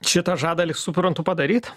šitą žada lyg suprantu padaryt